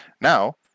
Now